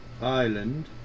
Island